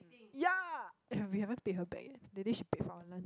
ya eh we haven't pay her back yet that day she paid for our lunch